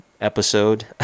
Episode